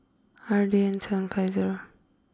R D N seven five zero